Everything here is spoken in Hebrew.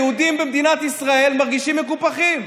היהודים במדינת ישראל מרגישים מקופחים.